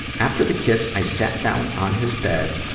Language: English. after the kiss, i sat down on his bed